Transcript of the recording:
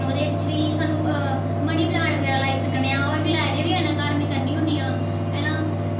ओह्दे बिच्च बी सानूं मनी प्लांट बगैरा लाई सकने आं होर बी लाए दे में घर मीं करनी होन्नी आं